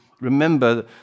Remember